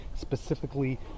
specifically